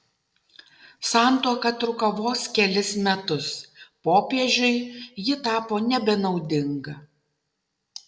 santuoka truko vos kelis metus popiežiui ji tapo nebenaudinga